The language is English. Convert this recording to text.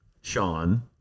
Sean